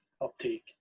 uptake